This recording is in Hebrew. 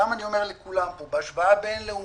אני אומר לכולם פה, גם בהשוואה בינלאומית,